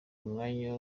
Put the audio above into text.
umwanya